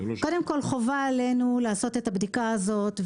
קודם כל חובה עלינו לעשות את הבדיקה הזאת,